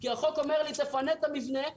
כי החוק אומר לי: תפנה את המבנה,